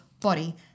body